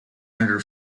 under